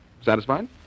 Satisfied